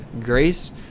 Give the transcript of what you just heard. Grace